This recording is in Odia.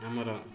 ଆମର